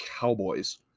Cowboys